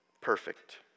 perfect